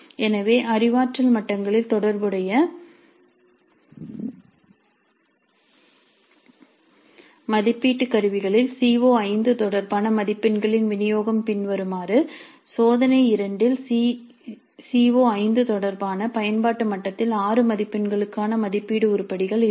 எனவே அறிவாற்றல் மட்டங்களில் தொடர்புடைய மதிப்பீட்டு கருவிகளில் சி ஓ5 தொடர்பான மதிப்பெண்களின் விநியோகம் பின்வருமாறு சோதனை 2 இல் சி ஓ5 தொடர்பான பயன்பாட்டு மட்டத்தில் 6 மதிப்பெண்களுக்கான மதிப்பீட்டு உருப்படிகள் இருக்கும்